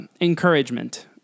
encouragement